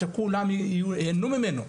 שכולם ייהנו ממנו,